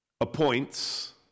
appoints